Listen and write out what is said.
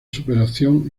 superación